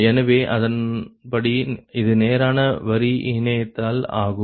எனவே அதன்படி இது நேரான வரி இணைதல் ஆகும்